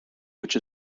which